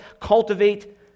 cultivate